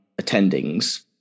attendings